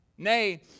Nay